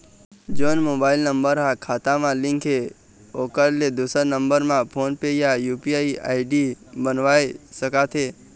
जोन mobile number हा खाता मा लिन्क हे ओकर ले दुसर नंबर मा फोन पे या यू.पी.आई आई.डी बनवाए सका थे?